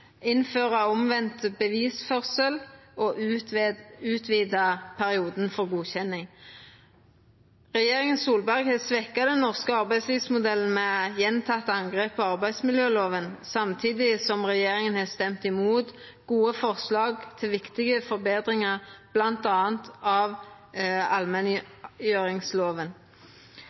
og utvida perioden for godkjenning. Regjeringa Solberg har svekt den norske arbeidslivsmodellen med gjentekne angrep på arbeidsmiljølova, samtidig som regjeringa har stemt imot gode forslag til viktige forbetringar bl.a. av allmenngjeringslova.